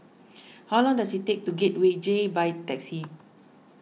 how long does it take to Gateway J by taxi